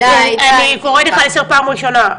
אני קוראת לך לסדר פעם ראשונה.